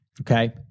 Okay